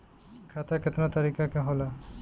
खाता केतना तरीका के होला?